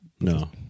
No